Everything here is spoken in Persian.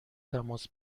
تماس